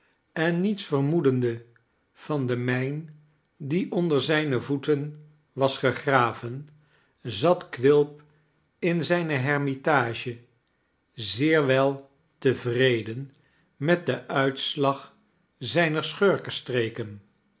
en niets vermoedende van de mijn die onder zijne voeten was gegraven zat quilp in zijne hermitage zeer wel tevreden met den uitslag zijner